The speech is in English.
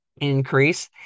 increase